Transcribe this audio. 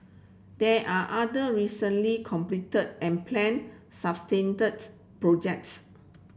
there are other recently completed and planned projects